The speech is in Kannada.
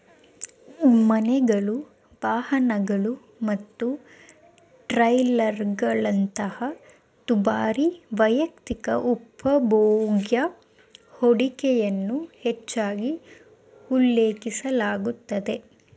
ಮನೆಗಳು, ವಾಹನಗಳು ಮತ್ತು ಟ್ರೇಲರ್ಗಳಂತಹ ದುಬಾರಿ ವೈಯಕ್ತಿಕ ಉಪಭೋಗ್ಯ ಹೂಡಿಕೆಯನ್ನ ಹೆಚ್ಚಾಗಿ ಉಲ್ಲೇಖಿಸಲಾಗುತ್ತೆ